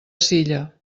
silla